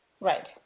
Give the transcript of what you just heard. Right